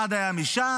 אחד היה מש"ס,